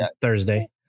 Thursday